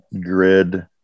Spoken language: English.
grid